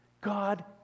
God